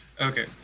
Okay